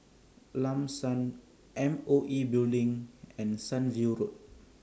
Lam San M O E Building and Sunview Road